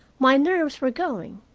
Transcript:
my nerves were going,